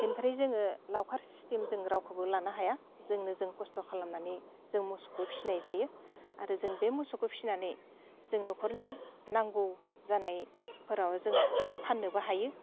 बेनिफ्राय जोङो लावखार सिस्टेम जों रावखोबो लानो हाया जोंनो जों खस्थ' खालामनानै जों मोसौखौ फिसिनाय आरो जों बे मोसौखो फिसिनानै जों न'खरनि नांगौ जानायफोराव जों फाननोबो हायो